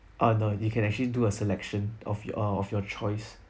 ah no you can actually do a selection of your of your choice